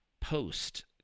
post